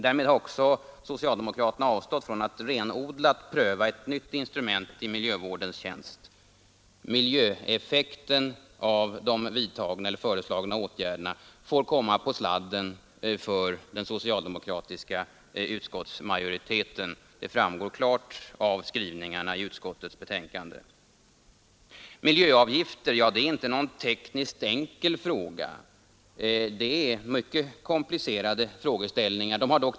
Därmed har de också avstått från att renodlat pröva ett nytt instrument i miljövårdens tjänst. Miljöeffekten av de föreslagna åtgärderna får komma på sladden för den socialdemokratiska utskottsmajoriteten; det framgår klart av skrivningarna i utskottets betänkande. Miljöavgifter är inte någon tekniskt enkel fråga, utan det är mycket komplicerade frågeställningar.